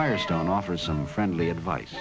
firestone offer some friendly advice